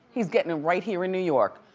he's gettin' it right here in new york.